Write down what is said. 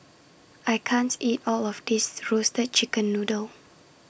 I can't eat All of This Roasted Chicken Noodle